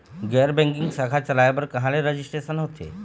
गैर बैंकिंग शाखा चलाए बर कहां ले रजिस्ट्रेशन होथे?